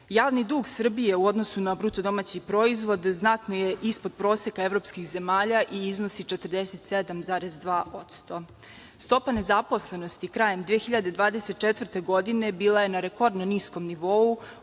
evra. Javni dug Srbije u odnosu na BDP znatno je ispod proseka evropskih zemalja i iznosi 47,2%. Stopa nezaposlenosti krajem 2024. godine, bila je na rekordnom niskom nivou